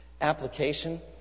Application